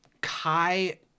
Kai